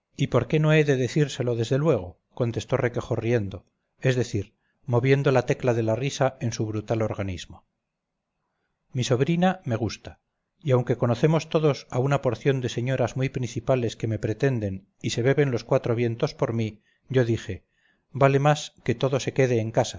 y por qué no he de decírselo desde luego contestó requejo riendo es decir moviendo la tecla de la risa en su brutal organismo mi sobrina me gusta y aunque conocemos todos a una porción de señoras muy principales que me pretenden y se beben los cuatro vientos por mí yo dije vale más que todo se quede en casa